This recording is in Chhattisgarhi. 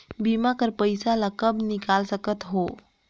बीमा कर पइसा ला कब निकाल सकत हो?